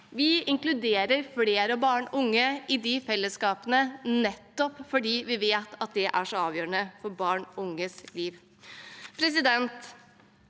Vi inkluderer flere barn og unge i disse fellesskapene, nettopp fordi vi vet at det er avgjørende for barn og unges liv.